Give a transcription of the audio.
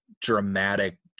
dramatic